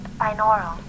Binaural